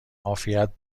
عافیت